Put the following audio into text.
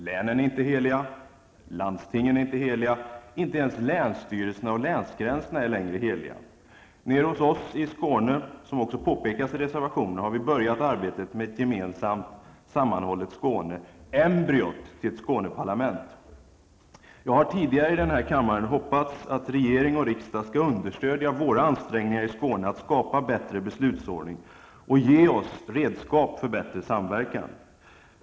Länen är inte heliga, landstingen är inte heliga, inte ens länsstyrelserna och länsgränserna är heliga. Nere hos oss i Skåne har vi, som också påpekas i reservationen, börjat arbetet med ett gemensamt sammanhållet Skåne -- Jag har tidigare i den här kammaren sagt att jag hoppas att regering och riksdag skall understödja våra ansträngningar i Skåne att skapa en bättre beslutsordning och ge oss redskap för bättre samverkan.